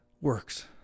works